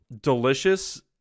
Delicious